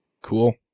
Cool